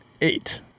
eight